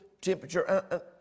temperature